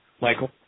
Michael